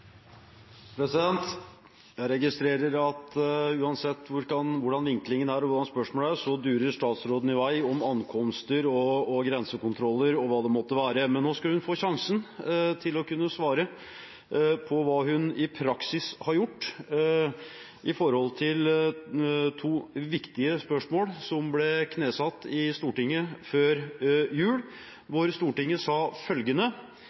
så durer statsråden i vei om ankomster, grensekontroller og hva det måtte være. Men nå skal hun få sjansen til å svare på hva hun i praksis har gjort når det gjelder to viktige spørsmål som ble knesatt i Stortinget før jul, da Stortinget sa følgende: